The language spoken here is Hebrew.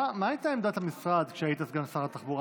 מה הייתה עמדת המשרד כשהיית סגן שר התחבורה,